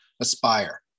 aspire